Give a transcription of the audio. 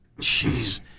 Jeez